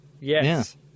Yes